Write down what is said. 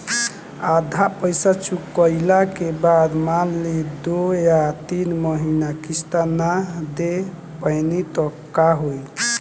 आधा पईसा चुकइला के बाद मान ली दो या तीन महिना किश्त ना दे पैनी त का होई?